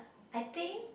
I think